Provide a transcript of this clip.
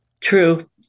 True